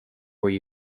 where